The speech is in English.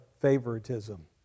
favoritism